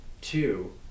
two